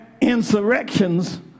insurrections